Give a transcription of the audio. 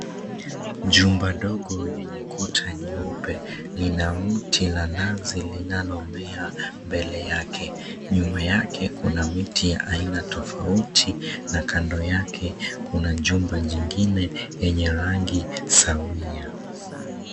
Jumba dogo lenye ukuta nyeupe lina mti na nazi linalomea mbele yake, nyuma yake kuna miti ya aina tofauti na kando yake kuna jumba jingine yenye rangi sawia.